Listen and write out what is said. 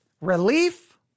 Relief